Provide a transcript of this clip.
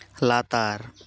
ᱞᱟᱛᱟᱨ